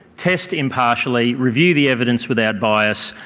test impartially, review the evidence without bias,